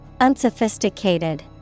Unsophisticated